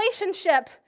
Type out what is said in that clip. relationship